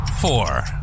four